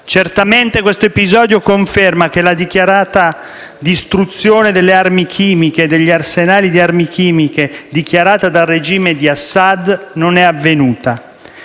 Certamente questo episodio conferma che la distruzione delle armi chimiche e degli arsenali di armi chimiche dichiarata dal regime di Assad non è avvenuta